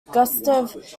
gustav